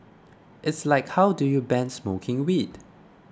it's like how do you ban smoking weed